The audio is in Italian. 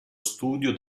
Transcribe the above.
studio